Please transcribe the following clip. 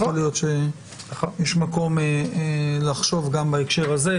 ויכול להיות שיש מקום לחשוב גם בהקשר הזה.